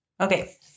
Okay